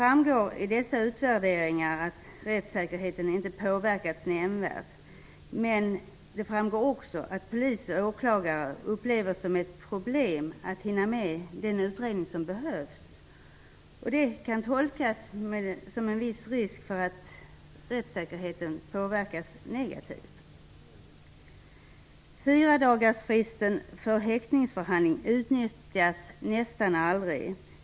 Av dessa utvärderingar framgår att rättssäkerheten inte nämnvärt påverkats, men det framgår också att polis och åklagare upplever det som ett problem att hinna med den utredning som behövs. Detta kan tolkas så att det finns en viss risk för att rättssäkerheten påverkas negativ. Fyradagarsfristen för häktningsförhandling utnyttjas nästan aldrig.